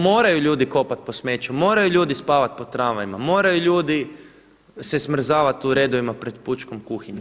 Moraju ljudi kopati po smeću, moraju ljudi spavati po tramvajima, moraju ljudi se smrzavati u redovima pred pučkom kuhinjom.